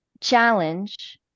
challenge